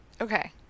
Okay